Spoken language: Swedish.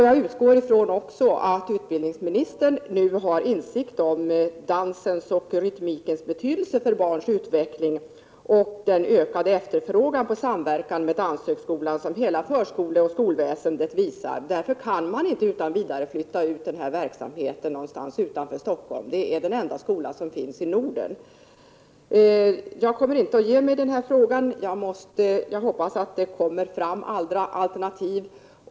Jag utgår också från att utbildningsministern nu har insikt om dansens och rytmikens betydelse för barns utveckling och den ökade efterfrågan på samverkan med Danshögskolan som hela förskoleväsendet och skolväsendet i Övrigt visar. Man kan därför inte utan vidare flytta ut högskolan utanför Stockholm. Det är den enda skola av detta slag som finns i Norden. Jag kommer inte att ge mig i denna fråga. Jag hoppas att det kommer fram alternativ.